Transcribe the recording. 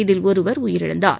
இதில் ஒருவர் உயிரிழந்தார்